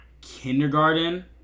kindergarten